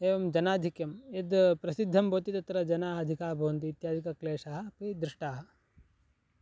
एवं जनाधिक्यं यद् प्रसिद्धं भवति तत्र जनाः अधिकाः भवन्ति इत्यादिकक्लेशाः अपि दृष्टाः